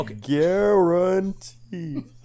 Guarantee